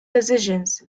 decisions